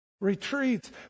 retreats